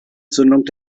zündung